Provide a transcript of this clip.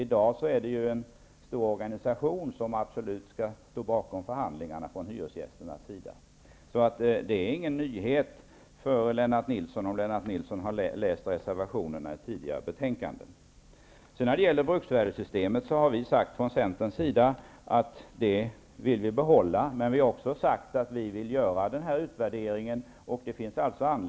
I dag är det en stor organisation som absolut skall stå bakom förhandlingarna för hyresgästernas del. Detta är ingen nyhet för Lennart Nilsson, om han har läst reservationerna i tidigare betänkanden. Vi har från Centerns sida sagt att vi vill behålla bruksvärdessystemet. Men vi har också sagt att vi vill göra en utvärdering.